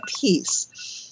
peace